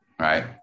right